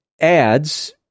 adds